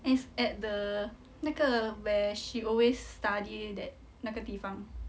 it's at the 那个 where she always study that 那个地方